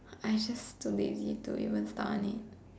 I just too lazy to even start on it